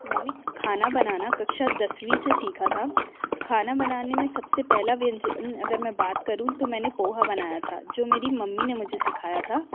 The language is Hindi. मैंने खाना बनाना कक्षा दसवीं से सीखा था खाना बनाने में सबसे पहला व्यंजन अगर मैं बात करूँ तो मैंने पोहा बनाया था जो मेरी मम्मी ने मुझे सिखाया था